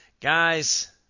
Guys